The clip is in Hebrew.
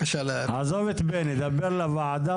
עזוב את בני, דבר אל הוועדה.